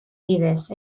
bidez